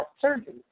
surgery